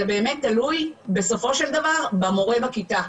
זה באמת תלוי בסופו של דבר, במורה בכיתה.